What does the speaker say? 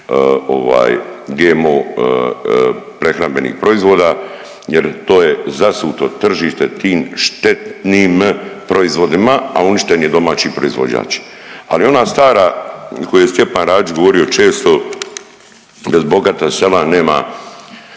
GMO prehrambenih proizvoda jer to je zasuto tržište tim štetnim proizvodima, a uništen je domaći proizvođač. Ali ona stara koju je Stjepan Radić govorio često bez bogata sela nema